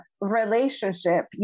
relationship